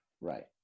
Right